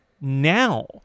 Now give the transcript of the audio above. now